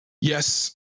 Yes